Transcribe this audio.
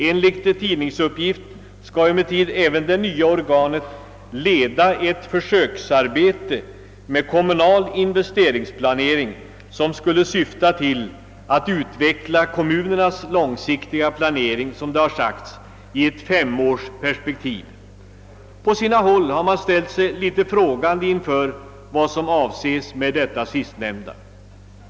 Enligt en tidningsuppgift skall det nya organet emellertid även leda ett försöksarbete med kommunal investeringsplanering, som skulle syfta till att utveckla kommunernas långsiktiga planering i — som det sagts — ett femårsperspektiv. På sina håll har man ställt sig litet frågande inför vad som avses med det sistnämnda.